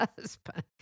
husband